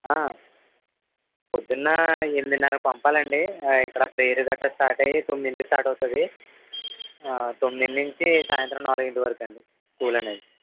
ఆ పొద్దున్న ఎనిమిదిన్నర పంపాలండి ఆ ఇక్కడ ప్రేయర్ గట్రా స్టార్ట్ అయి తొమ్మిదింటికి స్టార్ట్ అవుతుంది ఆ తొమ్మిది నుంచి సాయంత్రం నాలుగింటి వరకు అండి స్కూల్ అనేది